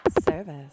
service